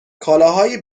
کالاهای